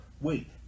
wait